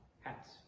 hats